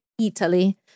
Italy